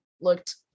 looked